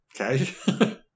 Okay